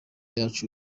yacu